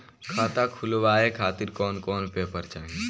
खाता खुलवाए खातिर कौन कौन पेपर चाहीं?